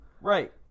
Right